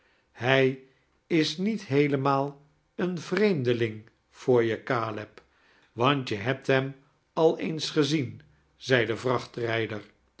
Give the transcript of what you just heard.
hij is niet heelemaal een vreemdeling voor je caleb want je hebt hem al eens gezien zei de